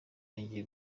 yongeye